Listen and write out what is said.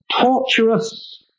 torturous